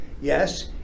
Yes